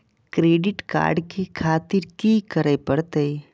Credit card ले खातिर की करें परतें?